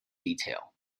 detail